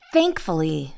Thankfully